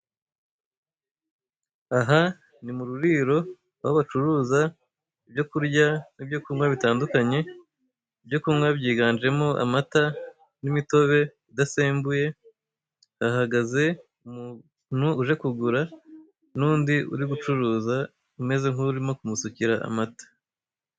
Aha ni mu ruriro, aho bacuruza ibyo kurya n'ibyo kunywa bitandukanye. Ibyo kunywa byiganjemo amata n'imitobe isasembuye. Hahagaze umuntu uje kugura, n'undi uri gucuruza, umeze nk'urimo kumusukira amata.